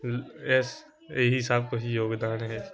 ਲ ਇਸ ਇਹ ਹੀ ਸਭ ਕੁਛ ਯੋਗਦਾਨ ਹੈ